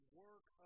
work